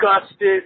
Disgusted